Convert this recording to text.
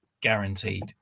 guaranteed